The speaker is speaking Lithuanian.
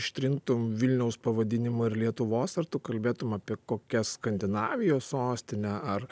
ištrintum vilniaus pavadinimą ir lietuvos ar tu kalbėtumei apie kokią skandinavijos sostinę ar